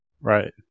Right